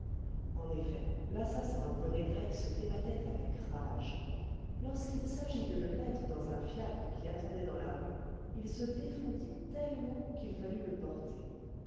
en effet l'assassin au bonnet grec se débattait avec rage lorsqu'il s'agit de le mettre dans un fiacre qui attendait dans la rue il se défendit tellement qu'il fallut le porter